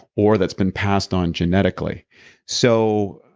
or that's been passed on genetically so,